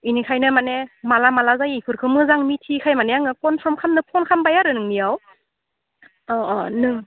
इनिखायनो माने माला माला जायो इफोरखो मोजां मिथियिखाय माने आं कनफार्म खालामनो फन खामबाय आरो नोंनियाव अ अ नों